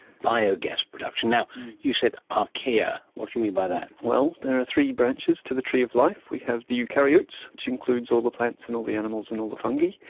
biogas production. you said archaea. what do you mean by that? well, there are three branches to the tree of life. we have the eukaryotes, which includes all the plants and all the animals and all the fungi.